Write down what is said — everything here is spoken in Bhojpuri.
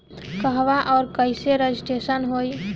कहवा और कईसे रजिटेशन होई?